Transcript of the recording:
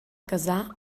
casar